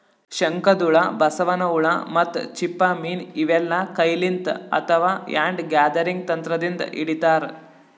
ಶಂಕದ್ಹುಳ, ಬಸವನ್ ಹುಳ ಮತ್ತ್ ಚಿಪ್ಪ ಮೀನ್ ಇವೆಲ್ಲಾ ಕೈಲಿಂತ್ ಅಥವಾ ಹ್ಯಾಂಡ್ ಗ್ಯಾದರಿಂಗ್ ತಂತ್ರದಿಂದ್ ಹಿಡಿತಾರ್